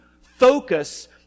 focus